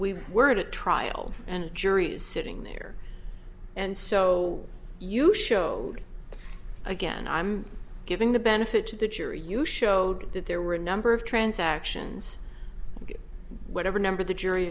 we were at a trial and juries sitting there and so you showed again i'm giving the benefit to the jury you showed that there were a number of transactions that whatever number